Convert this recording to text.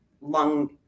lung